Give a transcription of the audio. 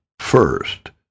first